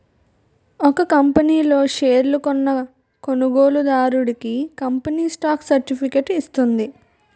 ఒక కంపనీ లో షేర్లు కొన్న కొనుగోలుదారుడికి కంపెనీ స్టాక్ సర్టిఫికేట్ ఇస్తుంది